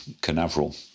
canaveral